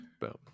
Boom